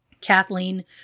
Kathleen